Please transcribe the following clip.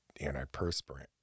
antiperspirant